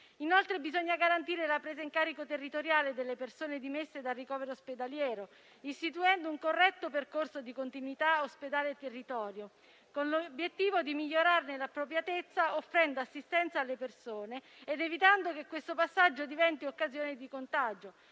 Inoltre, bisogna garantire la presa in carico territoriale delle persone dimesse da ricovero ospedaliero, istituendo un corretto percorso di continuità ospedale-territorio, con l'obiettivo di migliorarne l'appropriatezza, offrendo assistenza alle persone ed evitando che questo passaggio diventi occasione di contagio;